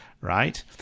right